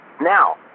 now